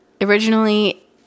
originally